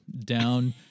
down